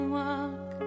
walk